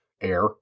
air